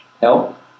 help